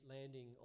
landing